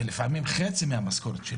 לפעמים חצי מהמשכורת,